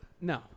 No